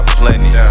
plenty